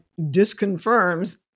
disconfirms